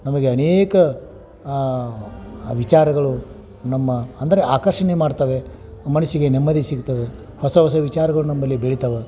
ನಮಗೆ ಅನೇಕ ವಿಚಾರಗಳು ನಮ್ಮ ಅಂದರೆ ಆಕರ್ಷಣೆ ಮಾಡ್ತವೆ ಮನಸ್ಸಿಗೆ ನೆಮ್ಮದಿ ಸಿಗ್ತದೆ ಹೊಸ ಹೊಸ ವಿಚಾರಗಳು ನಮ್ಮಲ್ಲಿ ಬೆಳೀತಾವೆ